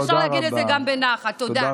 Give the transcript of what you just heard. אפשר להגיד את זה גם בנחת, תודה.